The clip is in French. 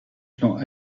clan